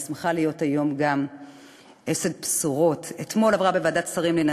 אני שמחה להיות היום גם אשת בשורות: אתמול עברה בוועדת השרים לענייני